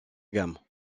gamme